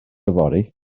yfory